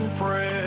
friends